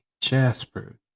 Jasper